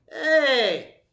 hey